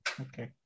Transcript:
Okay